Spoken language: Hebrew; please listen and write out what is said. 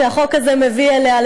שהחוק הזה מביא אליה,